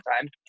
time